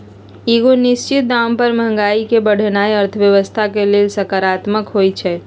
एगो निश्चित दाम पर महंगाई के बढ़ेनाइ अर्थव्यवस्था के लेल सकारात्मक होइ छइ